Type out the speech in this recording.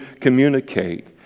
communicate